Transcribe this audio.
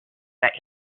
that